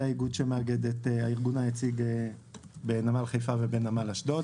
זה האיגוד שמאגד את הארגון היציג בנמל חיה ובנמל אשדוד.